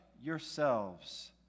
yourselves